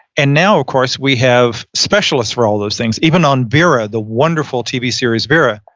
and now of course, we have specialists for all those things, even on veera, the wonderful tv series veera,